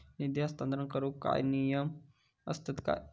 निधी हस्तांतरण करूक काय नियम असतत काय?